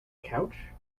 couch